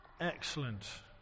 Excellent